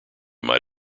might